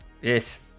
yes